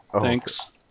Thanks